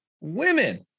women